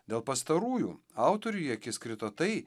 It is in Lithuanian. dėl pastarųjų autoriui į akis krito tai